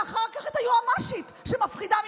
ואחר כך את היועמ"שית שמפחידה מפנינו: